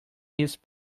his